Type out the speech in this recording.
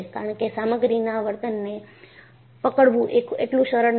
કારણ કે સામગ્રીના વર્તનને પકડવું એ એટલું સરળ નથી